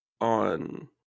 on